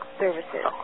services